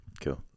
Cool